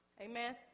Amen